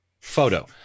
photo